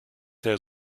der